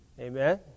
Amen